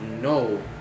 No